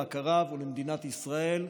למכריו ולמדינת ישראל,